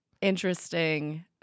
interesting